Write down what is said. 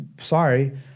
sorry